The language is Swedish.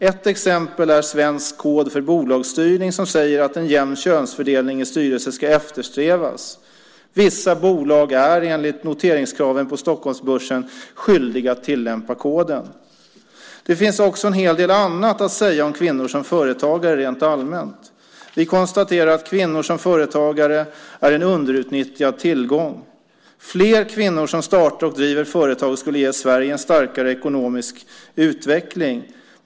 Ett exempel är Svensk kod för bolagsstyrning, som säger att en jämn könsfördelning i styrelser ska eftersträvas. Vissa bolag är enligt noteringskraven på Stockholmsbörsen skyldiga att tillämpa koden. Det finns också en hel del annat att säga om kvinnor som företagare rent allmänt. Vi konstaterar att kvinnor som företagare är en underutnyttjad tillgång. Fler kvinnor som startar och driver företag skulle ge Sverige en starkare ekonomisk utveckling.